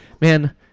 man